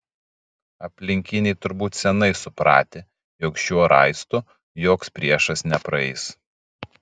aplinkiniai turbūt seniai supratę jog šiuo raistu joks priešas nepraeis